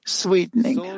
sweetening